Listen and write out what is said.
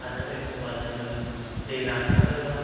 आरो एखमब्ला जोंङो दै रानथारोब्ला